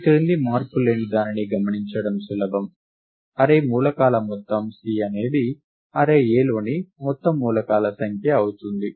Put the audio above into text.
ఈ క్రింది మార్పులేని దానిని గమనించడం సులభం అర్రే మూలకాల మొత్తం C అనేది అర్రే Aలోని మొత్తం మూలకాల సంఖ్య అవుతుంది